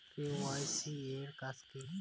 KYC এর কাজ কি?